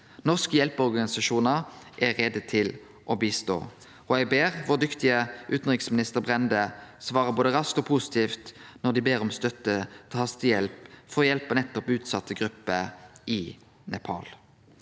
Norske hjelpeorganisasjonar er klare til å hjelpe. Eg ber vår dyktige utanriksminister Brende svare både raskt og positivt når dei ber om støtte til hastehjelp for å hjelpe nettopp utsette grupper i Nepal.